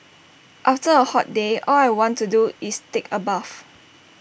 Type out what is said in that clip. after A hot day all I want to do is take A bath